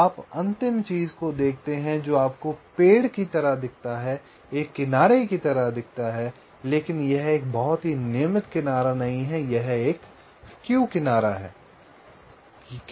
तो आप अंतिम चीज को देखते हैं जो आपको एक पेड़ की तरह दिखता है एक किनारे की तरह दिखता है लेकिन यह एक बहुत ही नियमित किनारा नहीं है एक तिरछा किनारा है